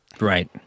Right